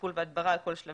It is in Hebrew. טיפול והדברה על כל שלביה,